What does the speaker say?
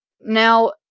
Now